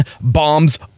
bombs